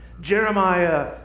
Jeremiah